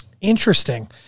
Interesting